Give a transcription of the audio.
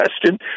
question